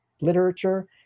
literature